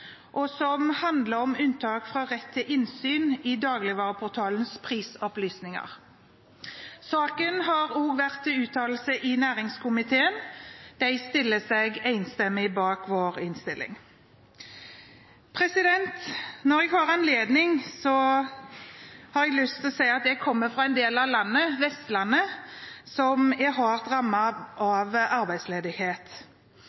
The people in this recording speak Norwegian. og som handler om unntak fra rett til innsyn i dagligvareportalens prisopplysninger. Saken har også vært til uttalelse i næringskomiteen, som stiller seg enstemmig bak vår innstilling. Når jeg har anledning, har jeg lyst til å si at jeg kommer fra en del av landet, Vestlandet, som er hardt